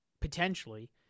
potentially